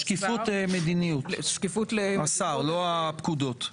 שקיפות מדיניות השר, לא הפקודות.